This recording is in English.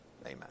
Amen